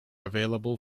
available